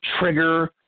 trigger